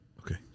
Okay